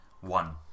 one